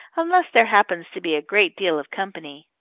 unless there happens to be a great deal of company.